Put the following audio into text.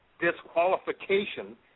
disqualification